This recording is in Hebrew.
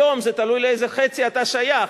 היום זה תלוי לאיזה חצי אתה שייך,